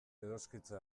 edoskitze